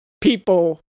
people